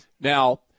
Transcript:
Now